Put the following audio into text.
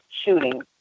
shooting